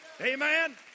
Amen